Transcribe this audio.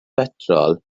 betrol